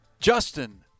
Justin